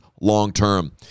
long-term